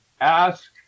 Ask